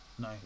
No